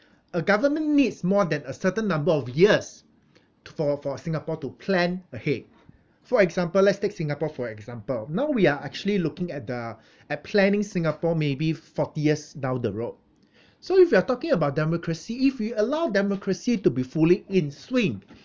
a government needs more than a certain number of years to for for singapore to plan ahead for example let's take singapore for example now we are actually looking at the at planning singapore maybe forty years down the road so if you are talking about democracy if we allow democracy to be fully in swing